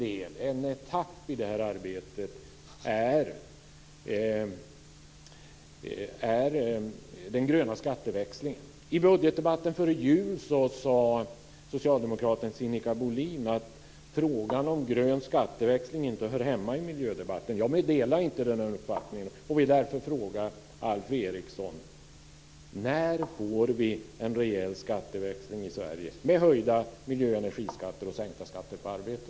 En etapp i det här arbetet är den gröna skatteväxlingen. I budgetdebatten före jul sade socialdemokraten Sinikka Bohlin att frågan om grön skatteväxling inte hör hemma i miljödebatten. Jag delar inte den uppfattningen och vill därför fråga Alf Eriksson: När får vi en rejäl skatteväxling i Sverige med höjda miljö och energiskatter och sänkta skatter på arbete?